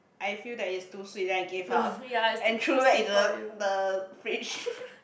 I feel that it's too sweet then I gave up and threw back into the the fridge